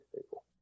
people